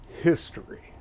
history